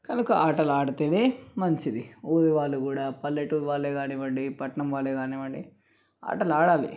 కనుక ఆటలు ఆడితేనే మంచిది ఊరివాళ్ళు కూడా పల్లెటూరి వాళ్ళే కానివ్వండి పట్నం వాళ్ళే కానివ్వండి ఆటలు ఆడాలి